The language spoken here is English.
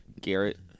Garrett